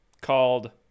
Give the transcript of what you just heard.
called